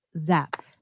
zap